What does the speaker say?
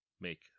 make